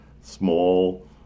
Small